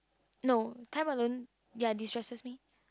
no time alone ya distresses me